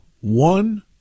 one